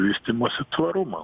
vystymosi tvarumą